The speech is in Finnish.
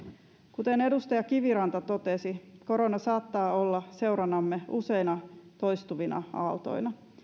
kuten edustaja kiviranta totesi korona saattaa olla seuranamme useina toistuvina aaltoina